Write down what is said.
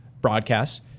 broadcasts